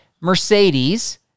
Mercedes